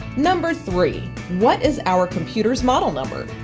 number three what is our computer's model number?